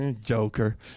Joker